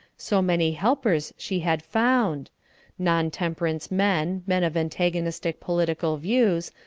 so many helpers she had found non-temperance men, men of antagonistic political views,